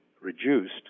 reduced